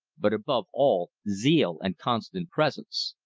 but above all zeal and constant presence.